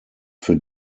für